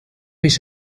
پیش